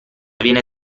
viene